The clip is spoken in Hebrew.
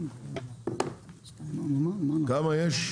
כמה יש?